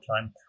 time